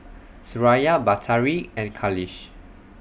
Suraya Batari and Khalish